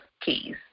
keys